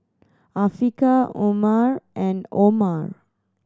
Afiqah Umar and Omar